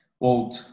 Old